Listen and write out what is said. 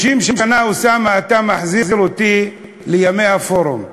30 שנה, אוסאמה, אתה מחזיר אותי, לימי הפורום.